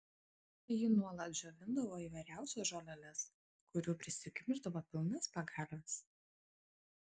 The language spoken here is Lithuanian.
ji nuolat džiovindavo įvairiausias žoleles kurių prisikimšdavo pilnas pagalves